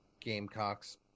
Gamecocks